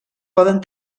poden